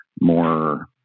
more